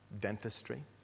dentistry